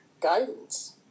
guidance